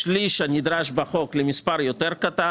השליש הנדרש בחוק למספר יותר קטן.